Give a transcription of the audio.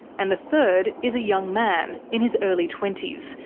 and the third is a young man in his early twenty s,